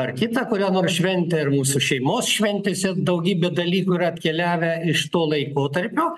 ar kitą kurią nors šventę ir mūsų šeimos šventėse daugybė dalyvių yra atkeliavę iš to laikotarpio